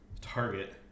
Target